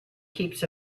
keeps